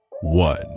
one